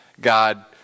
God